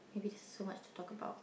maybe there's so much to talk about